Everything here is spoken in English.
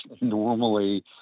normally